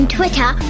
Twitter